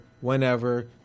whenever